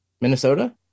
Minnesota